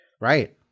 Right